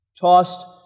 tossed